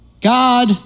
God